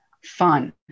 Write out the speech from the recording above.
fun